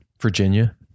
Virginia